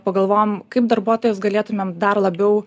pagalvojom kaip darbuotojus galėtumėm dar labiau